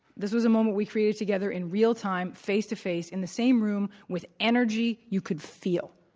this was a moment we created together in real time, face-to-face, in the same room with energy you could feel,